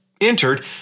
entered